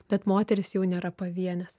bet moterys jau nėra pavienės